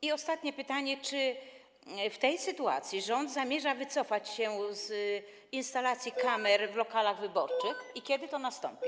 I ostatnie pytanie: Czy w tej sytuacji rząd zamierza wycofać się z instalacji kamer w lokalach wyborczych i kiedy to nastąpi?